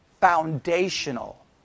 Foundational